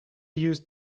used